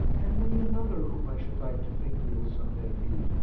and many another whom i should like to think you will some day meet,